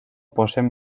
poseen